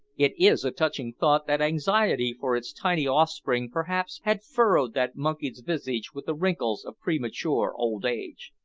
it is a touching thought that anxiety for its tiny offspring perhaps had furrowed that monkey's visage with the wrinkles of premature old age.